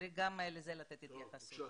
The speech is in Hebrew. צריך גם לזה לתת התייחסות.